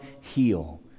heal